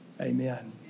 amen